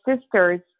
sisters